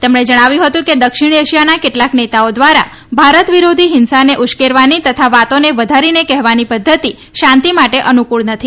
તેમણે જણાવ્યું હતું કે દક્ષિણ એશિયાના કેટલાક નેતાઓ દ્વારા ભારત વિરોધી હિંસાને ઉશ્કેરવાની તથા વાતોને વધારીને કહેવાની પધ્ધતી શાંતિ માટે અનુકૂળ નથી